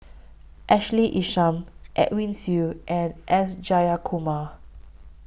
Ashley Isham Edwin Siew and S Jayakumar